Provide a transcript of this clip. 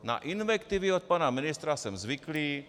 Na invektivy od pana ministra jsem zvyklý.